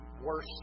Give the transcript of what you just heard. worse